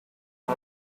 not